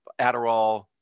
Adderall